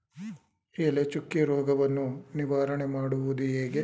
ಎಲೆ ಚುಕ್ಕಿ ರೋಗವನ್ನು ನಿವಾರಣೆ ಮಾಡುವುದು ಹೇಗೆ?